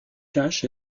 cash